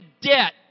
debt